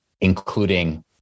including